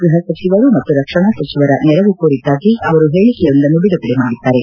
ಗೃಹ ಸಚಿವರು ಮತ್ತು ರಕ್ಷಣಾ ಸಚಿವರ ನೆರವು ಕೋರಿದ್ದಾಗಿ ಅವರು ಹೇಳಕೆಯೊಂದನ್ನು ಬಿಡುಗಡೆ ಮಾಡಿದ್ದಾರೆ